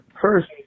First